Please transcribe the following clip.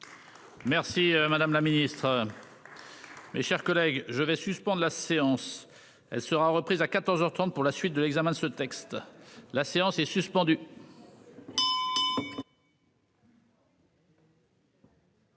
Merci madame la ministre. Mes chers collègues, je vais sur. Pour la séance elle sera reprise à 14h 30 pour la suite de l'examen de ce texte. La séance est suspendue.